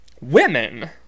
Women